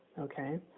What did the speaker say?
okay